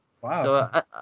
Wow